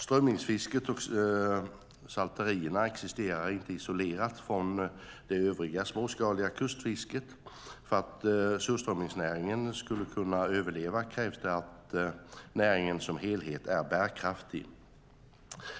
Strömmingsfisket och salterierna existerar inte isolerat från det övriga småskaliga kustfisket. För att surströmmingsnäringen ska kunna överleva krävs det att näringen som helhet är bärkraftig.